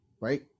Right